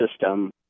system